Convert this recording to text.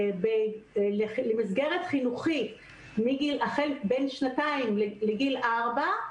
למסגרת חינוכית מגיל שנתיים עד גיל ארבע,